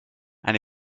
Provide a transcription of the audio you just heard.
and